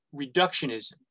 reductionism